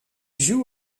joue